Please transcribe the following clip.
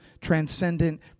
transcendent